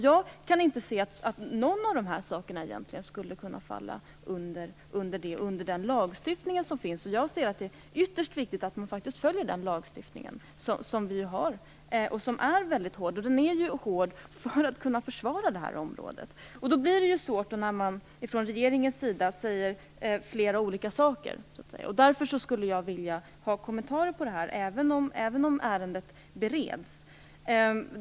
Jag kan inte se att någon av de här sakerna skulle kunna falla under lagstiftningen. Jag tycker att det är ytterst viktigt att man faktiskt följer lagstiftningen som är väldigt hård. Den är ju det för att man skall kunna försvara det här området. Då blir det ju svårt när regeringen säger flera olika saker. Därför skulle jag vilja få kommentarer på det här, även om ärendet bereds.